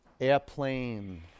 Airplane